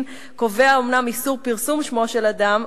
קובע אומנם איסור פרסום שמו של אדם,